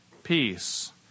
Peace